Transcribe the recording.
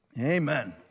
Amen